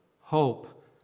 hope